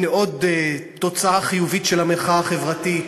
הנה עוד תוצאה חיובית של המחאה החברתית.